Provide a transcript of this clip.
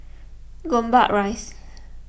Gombak Rise